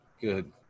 Good